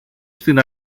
στην